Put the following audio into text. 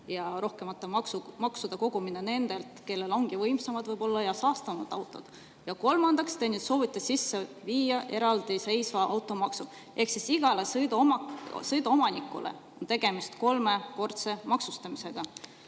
ja rohkemate maksude kogumine nendelt, kellel on võimsamad ja võib-olla saastavamad autod. Ja kolmandaks, te soovite sisse viia eraldiseisva automaksu. Ehk iga sõidukiomaniku jaoks on tegemist kolmekordse maksustamisega. Ja